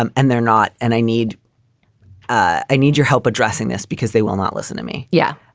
um and they're not. and i need i need your help addressing this because they will not listen to me. yeah.